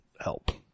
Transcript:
help